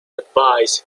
advised